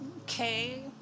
Okay